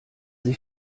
sie